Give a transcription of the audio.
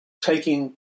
taking